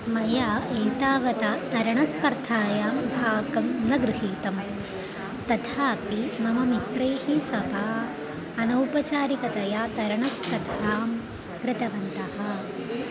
मया एतावता तरणस्पर्धायां भागं न गृहीतं तथापि मम मित्रैः सह अनौपचारिकतया तरणस्पर्धां कृतवन्तः